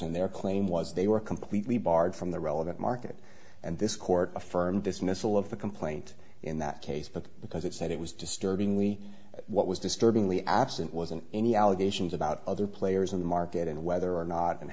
and their claim was they were completely barred from the relevant market and this court affirmed dismissal of the complaint in that case but because it said it was disturbingly what was disturbingly absent wasn't any allegations about other players in the market and whether or not and